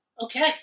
Okay